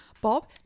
Bob